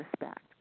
respect